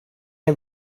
ein